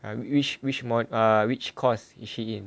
um which which mod err which course is she in